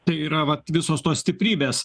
tai yra vat visos tos stiprybės